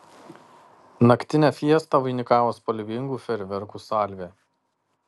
naktinę fiestą vainikavo spalvingų fejerverkų salvė